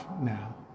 now